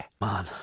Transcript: man